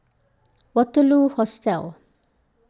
Waterloo Hostel